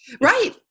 Right